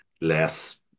less